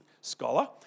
scholar